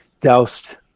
doused